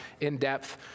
in-depth